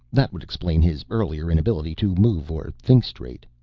that would explain his earlier inability to move or think straight.